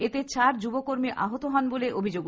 এতে চার যুবকর্মী আহত হন বলে অভিযোগ